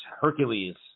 Hercules